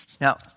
Now